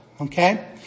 Okay